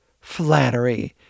Flattery